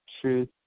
truth